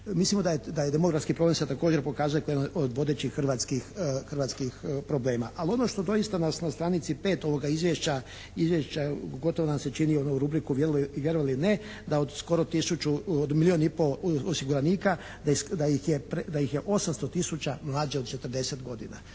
Mislimo da je demografski problem sad također pokazatelj, jedan od vodećih hrvatskih problema. Ali ono što nas doista na stranici 5 ovoga izvješća gotovo nam se čini u rubriku vjerovali ili ne, da od skoro milijun i pol osiguranika da ih je 800 tisuća mlađe od 40 godina.